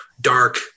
dark